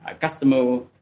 customer